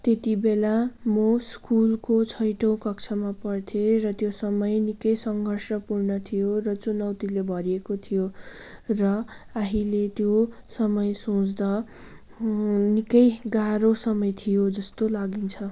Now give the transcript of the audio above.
त्यतिबेला म स्कुलको छैटौँ कक्षामा पढ्थेँ र त्यो समय निक्कै सङ्घर्षपूर्ण थियो र चुनौतीले भरिएको थियो र आहिले त्यो समय सोच्दा निकै गाह्रो समय थियो जस्तो लागिन्छ